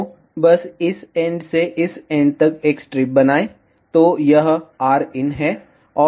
तो बस इस एंड से इस एंड तक एक स्ट्रिप बनाएं